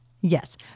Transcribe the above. Yes